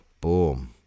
Boom